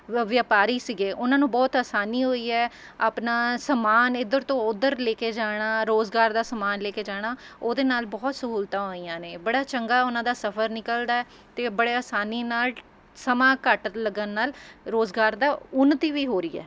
ਵ ਵਿਆਪਾਰੀ ਸੀਗੇ ਉਹਨਾਂ ਨੂੰ ਬਹੁਤ ਆਸਾਨੀ ਹੋਈ ਹੈ ਆਪਣਾ ਸਮਾਨ ਇੱਧਰ ਤੋਂ ਉੱਧਰ ਲੈ ਕੇ ਜਾਣਾ ਰੁਜ਼ਗਾਰ ਦਾ ਸਮਾਨ ਲੈ ਕੇ ਜਾਣਾ ਉਹਦੇ ਨਾਲ਼ ਬਹੁਤ ਸਹੂਲਤਾਂ ਹੋਈਆਂ ਨੇ ਬੜਾ ਚੰਗਾ ਉਹਨਾਂ ਦਾ ਸਫ਼ਰ ਨਿਕਲਦਾ ਹੈ ਅਤੇ ਬੜੇ ਆਸਾਨੀ ਨਾਲ਼ ਸਮਾਂ ਘੱਟ ਲੱਗਣ ਨਾਲ ਰੁਜ਼ਗਾਰ ਦਾ ਉੱਨਤੀ ਵੀ ਹੋ ਰਹੀ ਹੈ